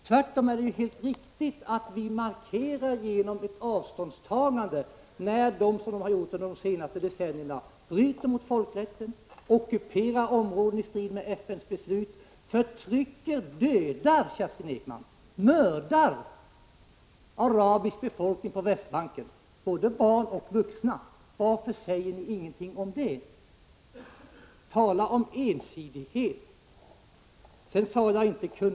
Tvärtom är det helt riktigt att vi genom vårt avståndstagande markerar vårt ogillande när israelerna, som de har gjort under de senaste decennierna, bryter mot folkrätten, ockuperar områden i strid med FN:s beslut, förtrycker och mördar arabisk befolkning på Västbanken — både barn och vuxna. Varför säger ni ingenting om det? Tala om ensidighet!